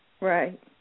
Right